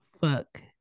fuck